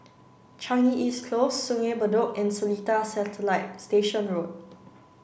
Changi East Close Sungei Bedok and Seletar Satellite Station Road